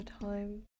time